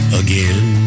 again